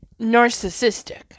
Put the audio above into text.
narcissistic